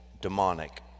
demonic